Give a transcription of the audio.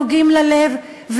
נוגעים ללב,